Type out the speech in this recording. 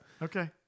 Okay